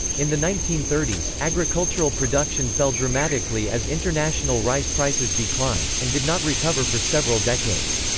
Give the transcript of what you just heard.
in the nineteen thirty s, agricultural production fell dramatically as international rice prices declined, and did not recover for several decades.